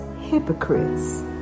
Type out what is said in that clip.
hypocrites